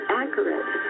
accurate